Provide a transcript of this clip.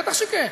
בטח שכן.